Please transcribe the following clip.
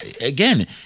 again